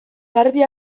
garbi